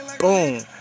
Boom